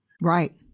Right